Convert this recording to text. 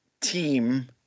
team